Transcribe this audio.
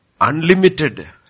unlimited